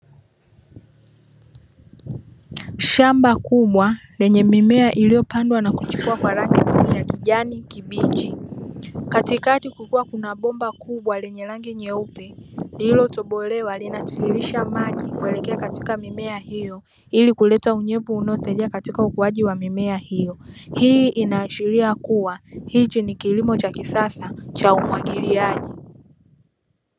Shamba kubwa lenye mimea iliyopandwa na kuchipua kwa rangi nzuri ya kijani kibichi, katikati kukiwa kuna bomba kubwa lenye rangi nyeupe, lililotobolewa linatiririsha maji kuelekea katika mimea hiyo, ili kuleta unyevu unaosaidia katika ukuaji wa mimea hiyo. Hii inaashiria kuwa, hichi ni kilimo cha kisasa cha umwagiliaji.